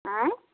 आँय